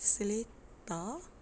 seletar